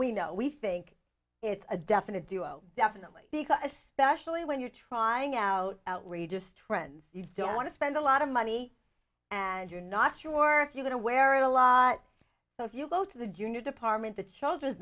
we know we think it's a definite duo definitely because especially when you're trying out outrageous trends you don't want to spend a lot of money and you're not sure you're going to wear a lot so if you go to the junior department the children's